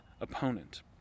opponent